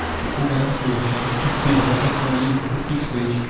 to organize production, to pay the employes a fixed wage,